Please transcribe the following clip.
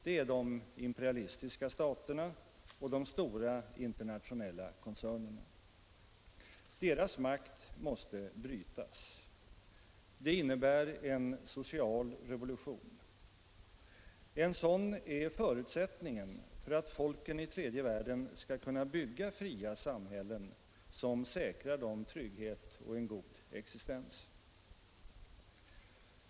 Det är de imperialistiska staterna och de internationella koncernerna. Deras makt mås te brytas. Det innebär en social revolution. En sådan är förutsättningen för att folken i tredje världen skall kunna bygga fria samhällen som säkrar dem trygghet och en god existens.